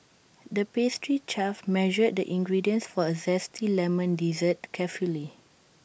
the pastry chef measured the ingredients for A Zesty Lemon Dessert carefully